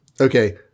Okay